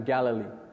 Galilee